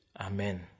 Amen